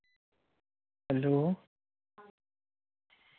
hello